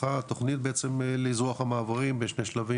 התוכנית בעצם לאזרוח המעברים בשני שלבים,